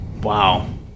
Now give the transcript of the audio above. Wow